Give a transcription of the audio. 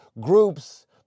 groups